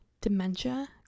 dementia